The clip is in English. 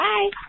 Bye